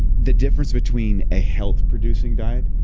the difference between a health producing diet,